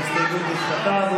ההסתייגות נדחתה.